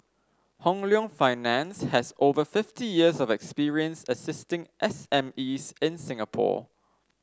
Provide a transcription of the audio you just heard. Hong Leong Finance has over fifty years of experience assisting SME's in Singapore